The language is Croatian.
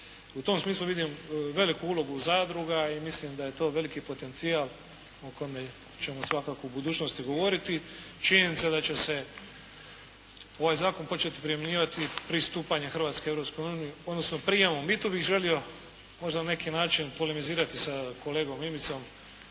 U tom smislu vidim veliku ulogu zadruga i mislim da je to veliki potencijal o kome ćemo svakako u budućnosti govoriti. Činjenica da će se ovaj zakon početi primjenjivati pristupanja Hrvatske Europskoj uniji, odnosno prijemom. I to bih želio možda na neki način polemizirati sa kolegom Mimicom